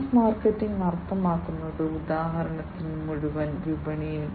mass market അർത്ഥമാക്കുന്നത് ഉദാഹരണത്തിന് മുഴുവൻ വിപണിയും